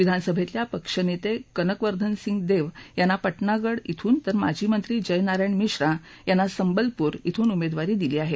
विधानसभेतल्या पक्षनेते कनक वर्धन सिंग देव यांना पटनागड ध्यून तर माजीमंत्री जय नारायण मिश्रा यांना सम्बलपूर ध्यून उमेदवारी दिली आहे